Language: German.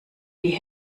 die